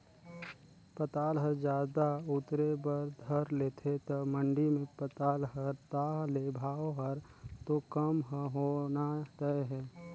पताल ह जादा उतरे बर धर लेथे त मंडी मे पताल हर ताह ले भाव हर तो कम ह होना तय हे